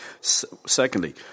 Secondly